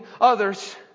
others